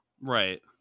Right